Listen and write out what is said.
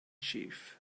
chief